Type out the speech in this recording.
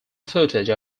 footage